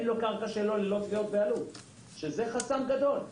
זה חסם גדול.